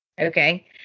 Okay